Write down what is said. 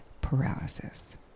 paralysis